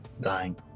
Dying